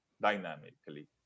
dynamically